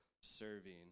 serving